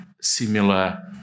similar